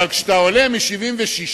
אבל כשאתה עולה מ-78%